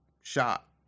shot